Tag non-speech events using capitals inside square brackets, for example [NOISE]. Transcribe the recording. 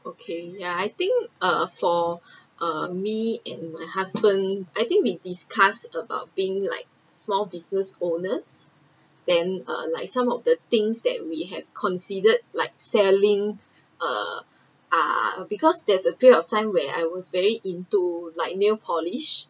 okay ya I think uh for [BREATH] uh me and my husband I think we discussed about being like small business owners then uh like some of the things that we had considered like selling uh [BREATH] ah because there is a period of time where I was very into like nail polish